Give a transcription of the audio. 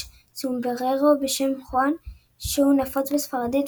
סומבררו בשם "חואן" שהוא נפוץ בספרדית,